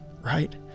right